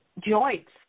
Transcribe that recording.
joints